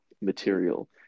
material